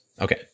Okay